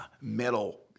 metal